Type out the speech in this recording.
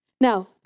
Now